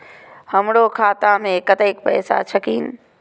हमरो खाता में कतेक पैसा छकीन?